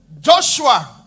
Joshua